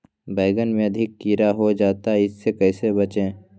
बैंगन में अधिक कीड़ा हो जाता हैं इससे कैसे बचे?